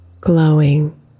Glowing